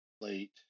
late